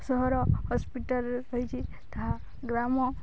ସହର ହସ୍ପିଟାଲ ରହିଛି ତାହା ଗ୍ରାମ